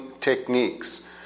techniques